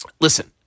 Listen